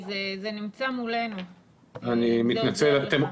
אין לי את עותק הגיבוי ולכן אני איאלץ להיעזר בכם.